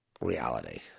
reality